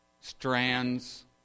strands